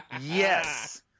yes